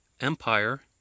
Empire